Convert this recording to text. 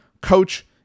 coach